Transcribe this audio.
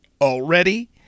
already